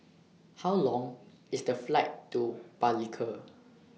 How Long IS The Flight to Palikir